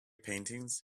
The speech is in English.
paintings